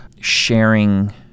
sharing